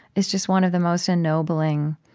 is just one of the most ennobling